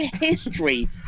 history